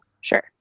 Sure